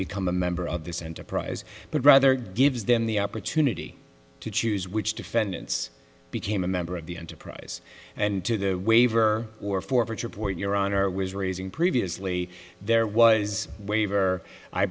become a member of this enterprise but rather gives them the opportunity to choose which defendants became a member of the enterprise and to the waiver or forfeiture point your honor was raising previously there was a waiver i